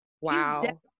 wow